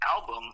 Album